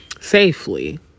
Safely